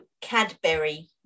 Cadbury